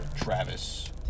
Travis